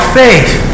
faith